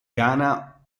ghana